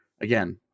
Again